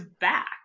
back